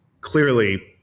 clearly